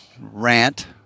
rant